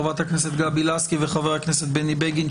חברת הכנסת גבי לסקי וחבר הכנסת בני בגין,